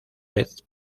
vez